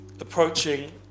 approaching